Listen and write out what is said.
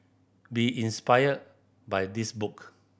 be inspired by this book